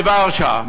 מוורשה.